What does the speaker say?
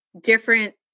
different